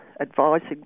advising